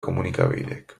komunikabideek